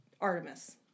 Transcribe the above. Artemis